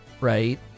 right